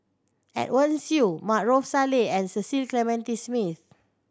Edwin Siew Maarof Salleh and Cecil Clementi Smith